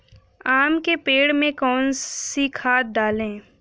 आम के पेड़ में कौन सी खाद डालें?